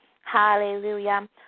hallelujah